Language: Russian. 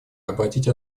обратить